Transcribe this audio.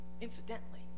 Incidentally